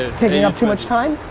ah taking up too much time?